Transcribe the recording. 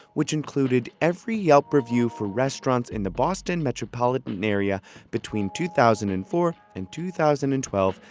which included every yelp review for restaurants in the boston metropolitan area between two thousand and four and two thousand and twelve,